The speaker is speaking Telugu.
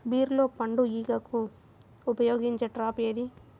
బీరలో పండు ఈగకు ఉపయోగించే ట్రాప్ ఏది?